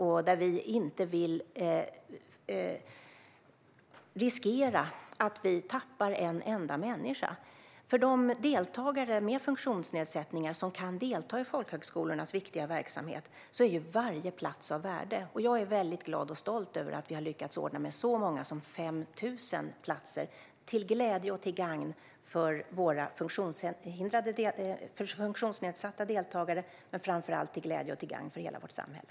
Vi vill inte riskera att tappa en enda människa. För deltagare med funktionsnedsättningar som kan delta i folkhögskolornas viktiga verksamhet är varje plats av värde. Jag är väldigt glad och stolt över att vi har lyckats ordna med så många som 5 000 platser, till glädje och till gagn för våra funktionsnedsatta deltagare men framför allt till glädje och till gagn för hela vårt samhälle.